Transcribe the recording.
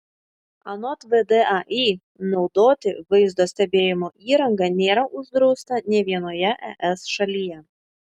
anot vdai naudoti vaizdo stebėjimo įrangą nėra uždrausta nė vienoje es šalyje